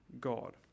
God